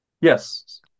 Yes